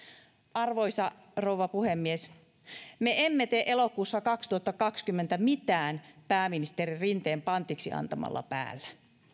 arvoisa rouva puhemies me emme tee elokuussa kaksituhattakaksikymmentä mitään pääministeri rinteen pantiksi antamalla päällä